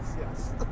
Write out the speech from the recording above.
Yes